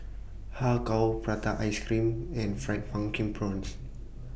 Har Kow Prata Ice Cream and Fried Pumpkin Prawns